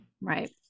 Right